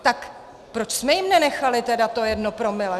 Tak proč jsme jim taky nenechali tedy to jedno promile?